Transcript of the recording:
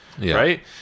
right